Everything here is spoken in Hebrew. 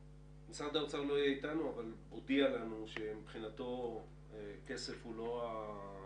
משרד האוצר לא יהיה איתנו אבל הוא הודיע לנו שמבחינתו כסף הוא לא הבעיה.